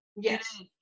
yes